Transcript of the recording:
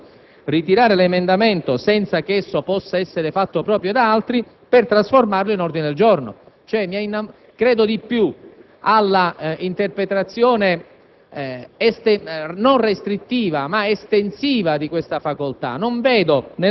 che nei diritti del proponente di un emendamento c'è la possibilità di ritirarlo per trasformarlo in un ordine del giorno ma, se non si fosse voluta dare contestualmente la possibilità ad altri senatori di poterlo fare, proprio